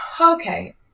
okay